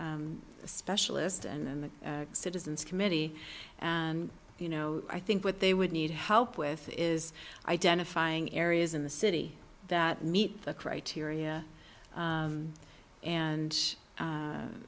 the specialist and then the citizens committee and you know i think what they would need help with is identifying areas in the city that meet the criteria and